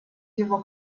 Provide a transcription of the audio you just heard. его